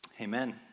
Amen